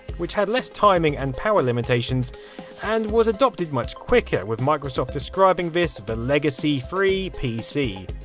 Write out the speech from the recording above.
which had less timing and power limitations and was adopted much quicker, with microsoft describing this the legacy free pc.